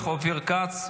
ואופיר כץ,